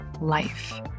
life